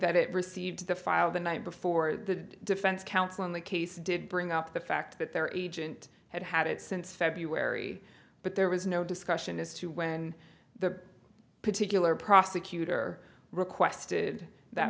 that it received the file the night before the defense counsel in the case did bring up the fact that their agent had had it since february but there was no discussion as to when the particular prosecutor requested that